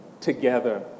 together